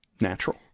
natural